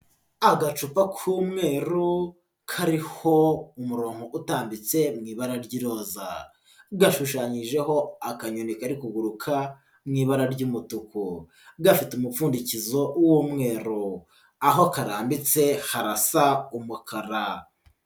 Agacupa k'umweru kariho umurongo utambitse mu ibara ry'iroza, gashushanyijeho akanyoni kari kuguruka mu ibara ry'umutuku, gafite umupfundikizo w'umweru, aho karambitse harasa umukara.